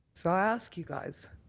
so i ask you guys,